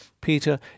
Peter